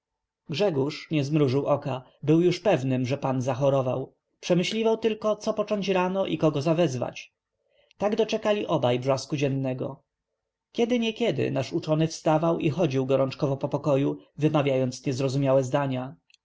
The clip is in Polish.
grzegórz nie zmrużył oka był już pewnym że pan zachorował przemyśliwał tylko co począć rano i kogo zawezwać tak doczekali obaj brzasku dziennego kiedy niekiedy nasz uczony wstawał i chodził gorączkowo po pokoju wymawiając niezrozumiałe zdania